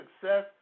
success